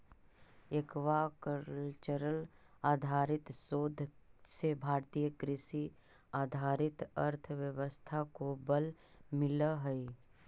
aquacultural आधारित शोध से भारतीय कृषि आधारित अर्थव्यवस्था को बल मिलअ हई